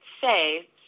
say